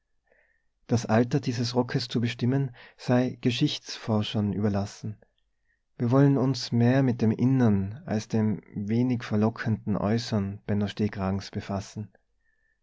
das alter dieses rockes zu bestimmen sei geschichtsforschern überlassen wir wollen uns mehr mit dem innern als dem wenig verlockenden äußern benno